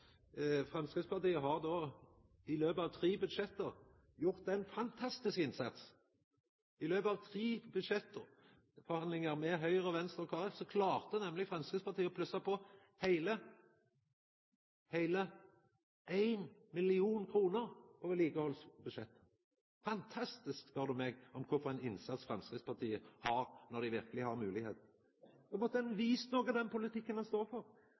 Framstegspartiet har i løpet av tre budsjett gjort ein fantastisk innsats. I løpet av tre budsjettforhandlingar med Høgre, Venstre og Kristeleg Folkeparti klarte nemleg Framstegspartiet å plussa på heile 1 mill. kr på vedlikehaldsbudsjettet – fantastisk, spør du meg. Kva for ein innsats Framstegspartiet gjer, når dei verkeleg har moglegheita! Dei burde vist noko av den politikken dei står for,